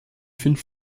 fünf